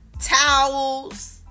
Towels